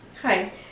Hi